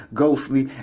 ghostly